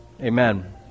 Amen